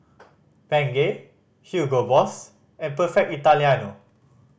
Bengay Hugo Boss and Perfect Italiano